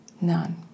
None